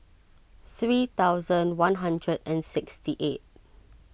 three thousand one hundred and sixty eight